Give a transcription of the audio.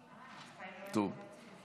אז חיים לא יכול להציג את זה,